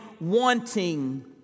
wanting